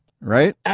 right